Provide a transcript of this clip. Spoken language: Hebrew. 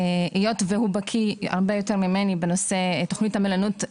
היות והוא בקיא הרבה יותר ממני בנושא תוכנית המלונאות,